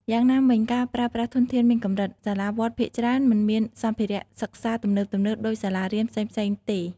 យ៉ាងណាមិញ ការប្រើប្រាស់ធនធានមានកម្រិត សាលាវត្តភាគច្រើនមិនមានសម្ភារៈសិក្សាទំនើបៗដូចសាលារៀនផ្សេងៗទេ។